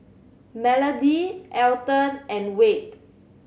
Melody Alton and Wade